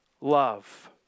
love